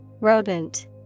Rodent